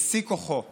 בשיא כוחו אז,